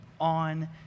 on